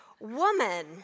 woman